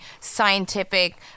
scientific